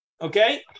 Okay